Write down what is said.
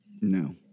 No